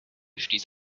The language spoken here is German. stieß